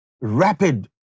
rapid